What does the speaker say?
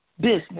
business